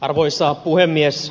arvoisa puhemies